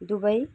Dubai